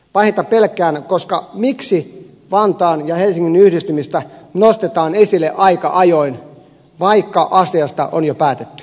pahinta pelkään koska miksi vantaan ja helsingin yhdistymistä nostetaan esille aika ajoin vaikka asiasta on jo päätetty